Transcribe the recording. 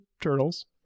turtles